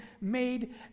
made